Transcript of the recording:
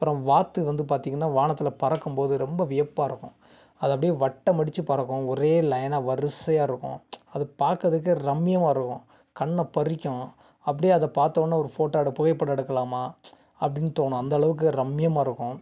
அப்புறம் வாத்து வந்து பார்த்தீங்கன்னா வானத்தில் பறக்கும் போது ரொம்ப வியப்பாக இருக்கும் அது அப்படியே வட்டமடித்த பறக்கும் ஒரே லைன்னாக வரிசையாக இருக்கும் அது பார்க்குறதுக்கே ரம்மியமாக இருக்கும் கண்ணை பறிக்கும் அப்படியே அதை பார்த்தோன்ன ஒரு ஃபோட்டாே எடு புகைப்படம் எடுக்கலாமா அப்படின்னு தோணும் அந்தளவுக்கு ரம்மியமாக இருக்கும்